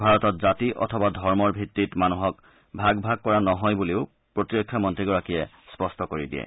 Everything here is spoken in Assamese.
ভাৰতত জাতি অথবা ধৰ্মৰ ভিত্তিত মানুহক ভাগ ভাগ কৰা নহয় বুলিও প্ৰতিৰক্ষা মন্ত্ৰীগৰাকীয়ে স্পষ্ট কৰি দিয়ে